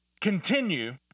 continue